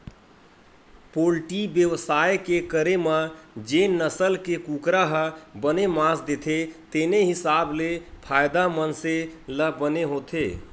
poultry बेवसाय के करे म जेन नसल के कुकरा ह बने मांस देथे तेने हिसाब ले फायदा मनसे ल बने होथे